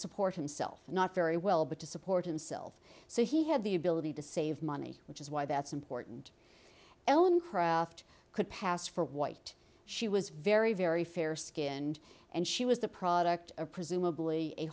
support himself not very well but to support himself so he had the ability to save money which is why that's important ellen craft could pass for white she was very very fair skinned and she was the product of presumably a